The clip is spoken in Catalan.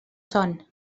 son